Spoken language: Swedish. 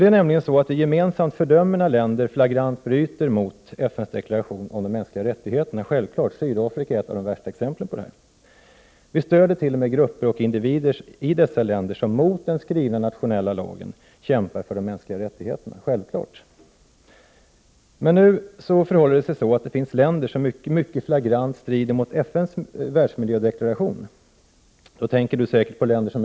1988/89:10 former av liv. 18 oktober 1988 Sverige är ett av de 111 länder som undertecknat världsmiljödeklarationen. Därmed har Sverige undertecknat ett dokument som förpliktigar lika mycket som undertecknandet av deklarationen om de mänskliga rättigheterna. I deklarationen hävdas att varje form av liv är unik och att människan måste vägledas av moraliska regler för sitt handlande.